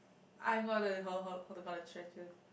I got no idea how to how to count the